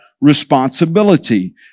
responsibility